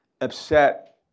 upset